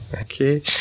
Okay